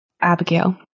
Abigail